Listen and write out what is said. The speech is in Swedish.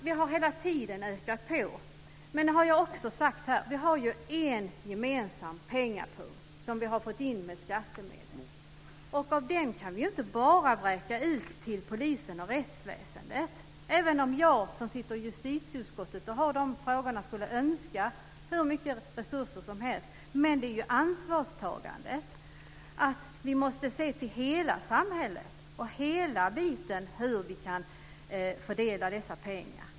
Vi har hela tiden ökat tilldelningen. Men jag har också sagt att vi har en gemensam pengapung som vi har fått ihop genom skattemedel, och ur den kan vi ju inte vräka ut pengar enbart till polisen och rättsväsendet. Jag sitter i justitieutskottet och har ansvar för dessa frågor och skulle förstås önska hur mycket resurser som helst. Men det handlar om ansvarstagande. Vi måste se till hela samhället när vi ska fördela dessa pengar.